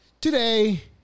Today